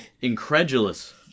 incredulous